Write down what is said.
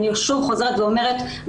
אני שוב חוזרת ואומרת,